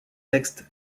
textes